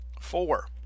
Four